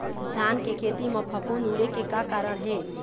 धान के खेती म फफूंद उड़े के का कारण हे?